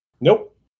Nope